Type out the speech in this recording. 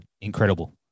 incredible